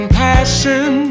passion